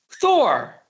Thor